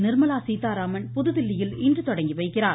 நிர்மலா சீதாராமன் புதுதில்லியில் இன்று தொடங்கி வைக்கிறார்